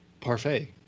parfait